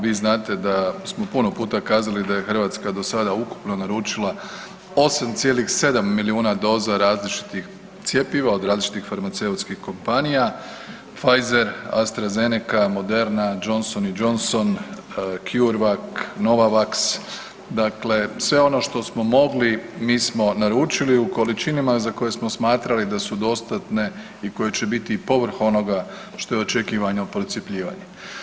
Vi znate da smo puno puta kazali da je Hrvatska do sada ukupno naručila 8,7 milijuna doza različitih cjepiva, od različitih farmaceutskih kompanija Pfizer, AstraZeneca, Moderna, Johnson&Johnson, CureVac, Novavax, dakle sve ono što smo mogli mi smo naručili u količinama za koje smo smatrali da su dostatne i koje će biti i povrh onoga što je očekivanje od procjepljivanja.